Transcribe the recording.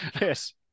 Yes